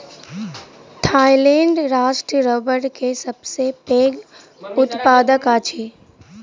Thailand राष्ट्र रबड़ के सबसे पैघ उत्पादक अछि